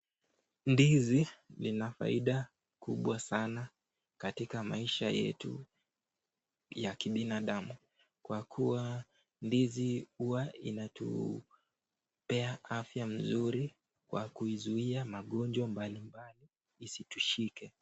Ndizi lina faida kubwa sana katika maisha yetu ya kibinadamu kwa kuwa ndizi huwa inatupea afya mzuri kwa kuizuia magonjwa mbalimbali isitushike.